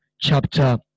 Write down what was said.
chapter